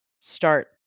start